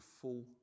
Full